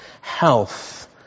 health